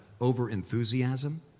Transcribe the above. over-enthusiasm